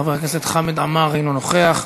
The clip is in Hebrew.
חבר הכנסת עבדאללה אבו מערוף, אינו נוכח.